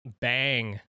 Bang